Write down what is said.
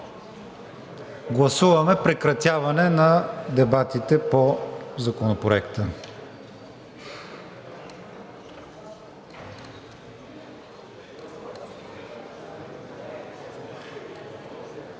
гласуваме прекратяване на дебатите по Законопроекта.